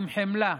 עם חמלה,